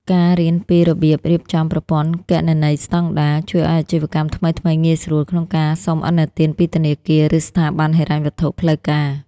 ការរៀនពី "របៀបរៀបចំប្រព័ន្ធគណនេយ្យស្ដង់ដារ" ជួយឱ្យអាជីវកម្មថ្មីៗងាយស្រួលក្នុងការសុំឥណទានពីធនាគារ ឬស្ថាប័នហិរញ្ញវត្ថុផ្លូវការ។